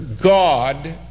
God